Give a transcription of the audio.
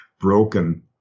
broken